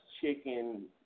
chicken